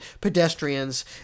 pedestrians